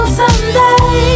someday